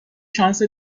شانس